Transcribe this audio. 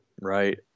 Right